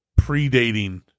predating